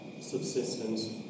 subsistence